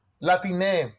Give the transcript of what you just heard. Latine